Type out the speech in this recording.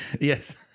Yes